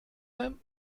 him